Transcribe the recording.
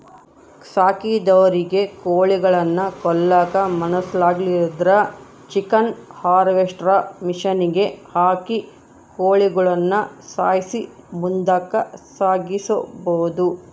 ಸಾಕಿದೊರಿಗೆ ಕೋಳಿಗುಳ್ನ ಕೊಲ್ಲಕ ಮನಸಾಗ್ಲಿಲ್ಲುದ್ರ ಚಿಕನ್ ಹಾರ್ವೆಸ್ಟ್ರ್ ಮಷಿನಿಗೆ ಹಾಕಿ ಕೋಳಿಗುಳ್ನ ಸಾಯ್ಸಿ ಮುಂದುಕ ಸಾಗಿಸಬೊದು